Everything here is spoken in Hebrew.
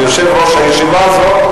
כיושב-ראש הישיבה הזו,